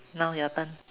now your turn